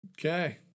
Okay